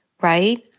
right